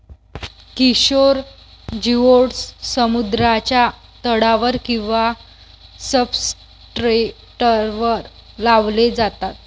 किशोर जिओड्स समुद्राच्या तळावर किंवा सब्सट्रेटवर लावले जातात